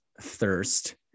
thirst